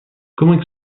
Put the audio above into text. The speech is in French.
comment